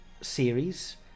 series